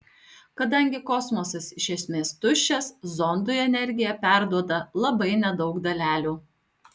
kadangi kosmosas iš esmės tuščias zondui energiją perduoda labai nedaug dalelių